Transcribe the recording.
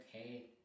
okay